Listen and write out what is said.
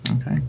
Okay